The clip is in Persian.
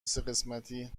سهقسمتی